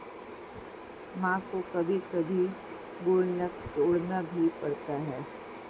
मां को कभी कभी गुल्लक तोड़ना भी पड़ता है